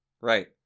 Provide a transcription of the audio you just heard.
Right